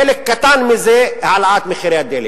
חלק קטן מזה, העלאת מחירי הדלק.